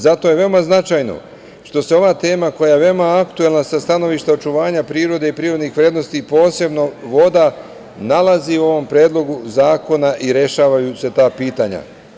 Zato je veoma značajno što se ova tema koja je veoma aktuelna sa stanovišta očuvanja prirode i prirodnih vrednosti, posebno voda, nalazi u ovom Predlogu zakona i rešavaju se ta pitanja.